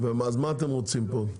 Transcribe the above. אז מה אתם רוצים פה?